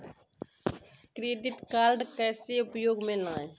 Credit card कैसे उपयोग में लाएँ?